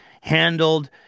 handled